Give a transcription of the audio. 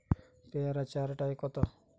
পেয়ারা চার টায় কত?